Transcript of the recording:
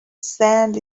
sand